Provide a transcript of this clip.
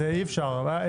אי אפשר.